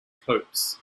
coats